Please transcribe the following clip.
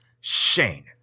Shane